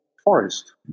forest